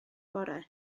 bore